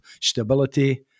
stability